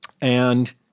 and-